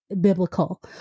biblical